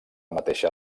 mateixa